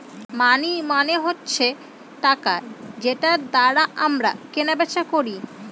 মানি মানে হচ্ছে টাকা যেটার দ্বারা আমরা কেনা বেচা করি